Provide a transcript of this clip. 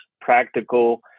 practical